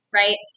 right